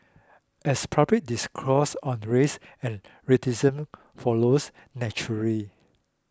as public discourse on race and racism follows naturally